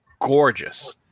gorgeous